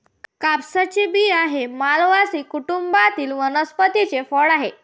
कापसाचे बिया हे मालवेसी कुटुंबातील वनस्पतीचे फळ आहे